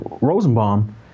Rosenbaum